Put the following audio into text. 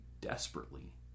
desperately